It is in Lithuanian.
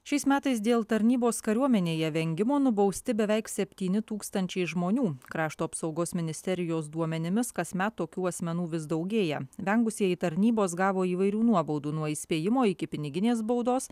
šiais metais dėl tarnybos kariuomenėje vengimo nubausti beveik septyni tūkstančiai žmonių krašto apsaugos ministerijos duomenimis kasmet tokių asmenų vis daugėja vengusieji tarnybos gavo įvairių nuobaudų nuo įspėjimo iki piniginės baudos